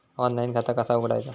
Online खाता कसा उघडायचा?